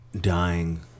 dying